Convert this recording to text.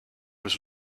was